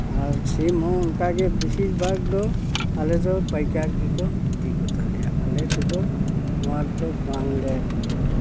ᱟᱨ ᱥᱤᱢ ᱦᱚᱸ ᱚᱱᱠᱟ ᱜᱮ ᱵᱮᱥᱤᱨ ᱵᱷᱟᱜᱽ ᱫᱚ ᱟᱞᱮ ᱫᱚ ᱯᱟᱹᱭᱠᱟᱹᱨ ᱜᱮᱠᱚ ᱤᱫᱤ ᱠᱚᱛᱟᱞᱮᱭᱟ ᱟᱞᱮ ᱛᱮᱫᱚ ᱱᱚᱣᱟ ᱨᱮᱫᱚ ᱵᱟᱝᱞᱮ